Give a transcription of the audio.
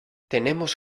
tenemos